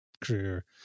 career